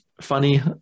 funny